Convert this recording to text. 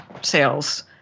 sales